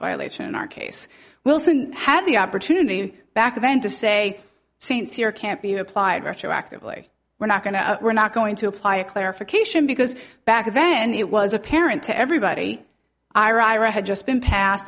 violation in our case wilson had the opportunity back then to say st cyr can't be applied retroactively we're not going to we're not going to apply a clarification because back then it was apparent to everybody ira had just been pa